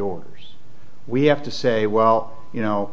orders we have to say well you know